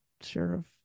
sheriff